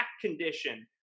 condition